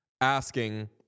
asking